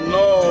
no